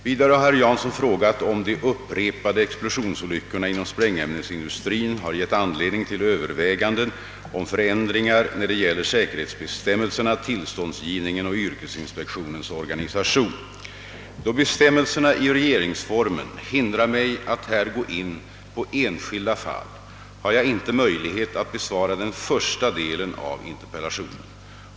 Vidare har herr Jansson frågat, om de upprepade explosionsolyckorna inom sprängämnesindustrin har gett anledning till överväganden om förändringar när det gäller säkerhetsbestämmelserna, = tillståndsgivningen och yrkesinspektionens organisation. Då bestämmelserna i regeringsformen hindrar mig att här gå in på enskilda fall, har jag inte möjlighet att besvara den första delen av interpellationen.